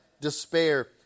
despair